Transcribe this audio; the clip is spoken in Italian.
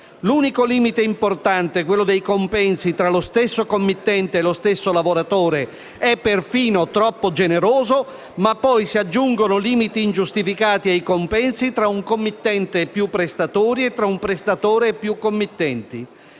L'unico limite importante - quello dei compensi tra lo stesso committente e lo steso lavoratore - è perfino troppo generoso, ma poi si aggiungono limiti ingiustificati ai compensi tra un committente e più prestatori e tra un prestatore e più committenti.